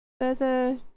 further